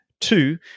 Two